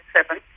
Seven